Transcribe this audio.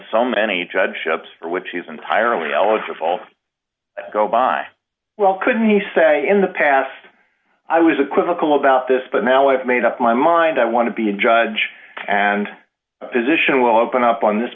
so many judgeships for which he's entirely eligible go by well couldn't you say in the past i was equivocal about this but now i've made up my mind i want to be a judge and a position will open up on this